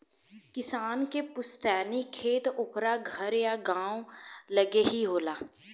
किसान के पुस्तैनी खेत ओकरा घर या गांव के लगे ही होला